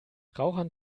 rauchern